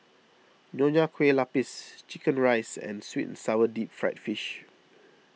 Nonya Kueh Lapis Chicken Rice and Sweet and Sour Deep Fried Fish